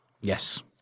Yes